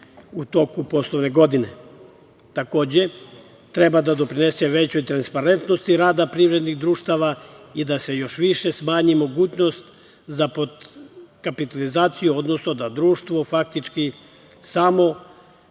u toku poslovne godine. Takođe, treba da doprinese većoj transparentnosti rada privrednih društava i da se još više smanji mogućnost za potkapitalizaciju, odnosno da društvo faktički samo